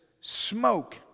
smoke